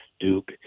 Duke